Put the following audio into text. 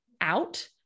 out